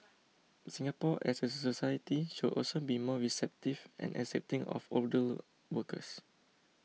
Singapore as a society should also be more receptive and accepting of older workers